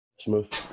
Smooth